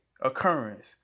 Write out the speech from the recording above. occurrence